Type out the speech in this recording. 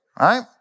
right